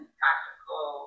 practical